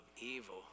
evil